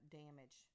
damage